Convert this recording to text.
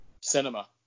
cinema